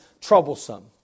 troublesome